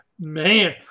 man